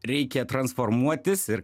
reikia transformuotis ir